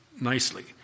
nicely